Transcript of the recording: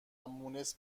مونس